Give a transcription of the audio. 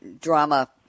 drama